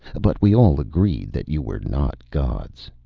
but we all agreed that you were not gods.